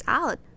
out